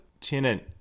tenant